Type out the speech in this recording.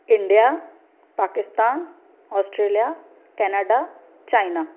India Pakistan Australia Canada China